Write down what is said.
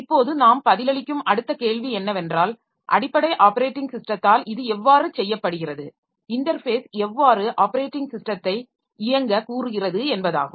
இப்போது நாம் பதிலளிக்கும் அடுத்த கேள்வி என்னவென்றால் அடிப்படை ஆப்பரேட்டிங் ஸிஸ்டத்தால் இது எவ்வாறு செய்யப்படுகிறது இன்டர்ஃபேஸ் எவ்வாறு ஆப்பரேட்டிங் ஸிஸ்டத்தை இயங்க கூறுகிறது என்பதாகும்